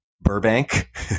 Burbank